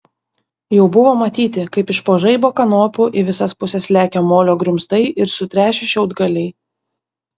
jau buvo matyti kaip iš po žaibo kanopų į visas puses lekia molio grumstai ir sutrešę šiaudgaliai